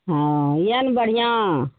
हँ यऽ ने बढ़िआँ